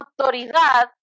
Autoridad